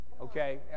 Okay